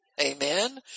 Amen